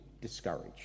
discouraged